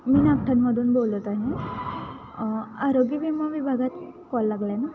मी नागठाणमधून बोलत आहे आरोग्य विमा विभागात कॉल लागला आहे ना